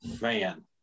man